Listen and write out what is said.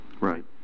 Right